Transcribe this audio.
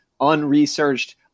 unresearched